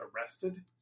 arrested